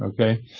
okay